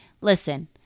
Listen